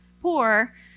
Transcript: poor